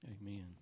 Amen